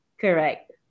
correct